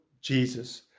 Jesus